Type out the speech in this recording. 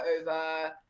over